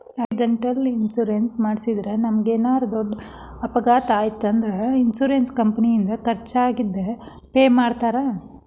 accidental insurance ಮಾಡಿಸಿದ್ರ ನಮಗೇನರ ದೊಡ್ಡ ಅಪಘಾತ ಆಯ್ತ್ ಅಂದ್ರ ಇನ್ಶೂರೆನ್ಸ್ ಕಂಪನಿಯಿಂದ ಖರ್ಚಾಗಿದ್ ಪೆ ಮಾಡ್ತಾರಾ